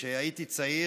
כשהייתי צעיר,